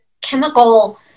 chemical